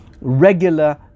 regular